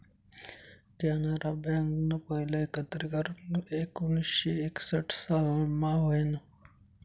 कॅनरा बँकनं पहिलं एकत्रीकरन एकोणीसशे एकसठ सालमा व्हयनं